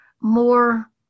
more